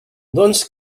doncs